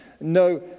no